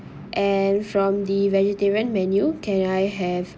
and from the vegetarian menu can I have